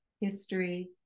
history